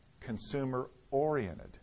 consumer-oriented